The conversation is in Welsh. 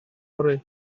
fory